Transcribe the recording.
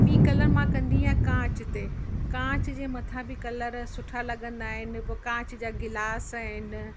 ॿी कला मां कंदी आहियां कांच ते कांच जे मथां बि कलर सुठा लॻंदा आहिनि कांच जा गिलास आहिनि